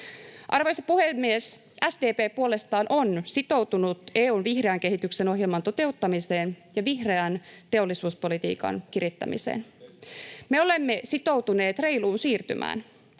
Arvoisa puhemies! SDP puolestaan on sitoutunut EU:n vihreän kehityksen ohjelman toteuttamiseen ja vihreän teollisuuspolitiikan kirittämiseen. [Sinuhe Wallinheimon